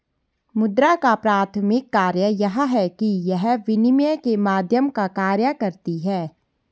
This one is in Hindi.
मुद्रा का प्राथमिक कार्य यह है कि यह विनिमय के माध्यम का कार्य करती है